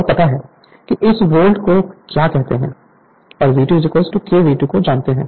Refer Slide Time 2954 और पता है कि इस वोल्ट को क्या कहते हैं और V2 K V2 को जानते हैं